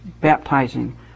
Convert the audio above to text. baptizing